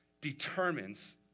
determines